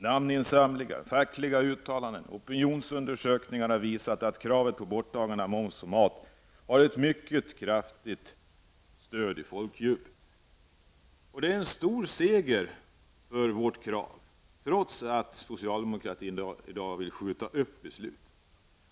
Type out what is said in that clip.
Namninsamlingar, fackliga uttalanden och opinionsundersökningar har visat att kravet på borttagande av moms på mat har ett mycket kraftigt stöd i folkdjupet. Det är en stor seger för vårt krav, trots att socialdemokratin i dag vill skjuta upp beslutet.